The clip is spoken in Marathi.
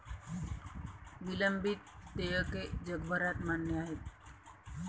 विलंबित देयके जगभरात मान्य आहेत